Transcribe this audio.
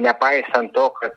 nepaisant to kad